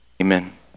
amen